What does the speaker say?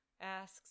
asks